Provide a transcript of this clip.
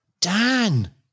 Dan